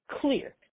clear